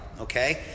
okay